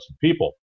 people